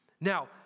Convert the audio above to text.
Now